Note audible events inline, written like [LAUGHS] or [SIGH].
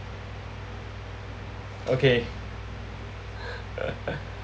okay [LAUGHS]